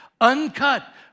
uncut